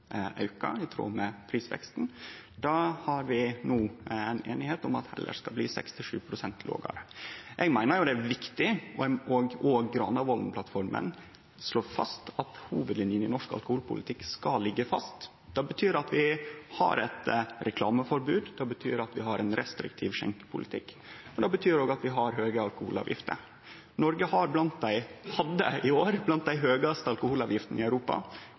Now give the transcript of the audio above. heller skal bli 6–7 pst. lågare. Eg meiner det er viktig, og Granavolden-plattforma slår òg fast, at hovudlinjene i norsk alkoholpolitikk skal liggje fast. Det betyr at vi har eit reklameforbod, det betyr at vi har ein restriktiv skjenkjepolitikk, og det betyr òg at vi har høge alkoholavgifter. Noreg var i år blant dei med dei høgaste alkoholavgiftene i Europa.